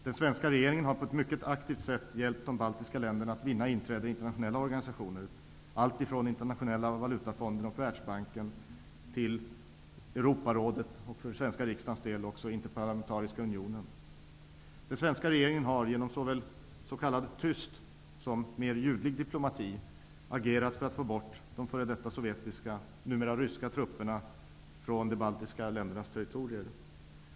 Den svenska regeringen har på ett mycket aktivt sätt hjälpt de baltiska länderna att vinna inträde i internationella organisationer, alltifrån Europarådet och, för den svenska riksdagens del, också Interparlamentariska unionen. Den svenska regeringen har genom såväl tyst som mer ljudlig diplomati agerat för att få bort de före detta sovjetiska, numera ryska, trupperna från de baltiska ländernas territorier.